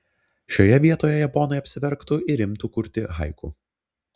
šioje vietoje japonai apsiverktų ir imtų kurti haiku